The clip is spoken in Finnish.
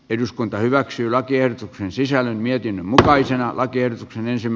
nyt päätetään lakiehdotuksen sisällä mietin mutkaisen alan tiedotuksen ensimm